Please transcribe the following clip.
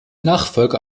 nachfolger